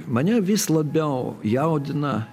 mane vis labiau jaudina